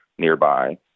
Nearby